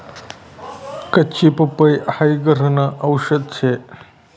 कच्ची पपई हाई घरन आवषद शे